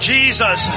Jesus